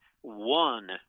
one